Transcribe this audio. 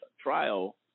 trial